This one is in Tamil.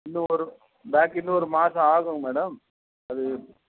இன்னும் ஒரு பாக்கி இன்னும் ஒரு மாதம் ஆகும் மேடம் அது